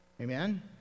Amen